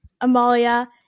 Amalia